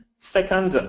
second,